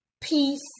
peace